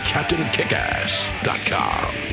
CaptainKickass.com